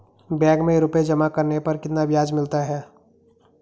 Bank में रुपये जमा करने पर कितना ब्याज मिलता है?